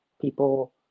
people